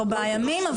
או ארבעה ימים,